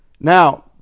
Now